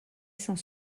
sans